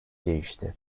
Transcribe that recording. değişti